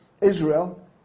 Israel